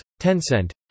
Tencent